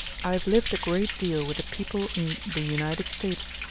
i have lived a great deal with the people in the united states,